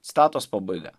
citatos pabaiga